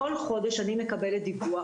כל חודש אני מקבלת דיווח,